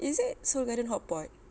is it Seoul Garden hotpot